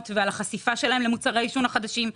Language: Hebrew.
ועל החשיפה שלהם למוצרי עישון החדשים.